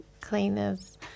cleaners